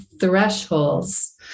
Thresholds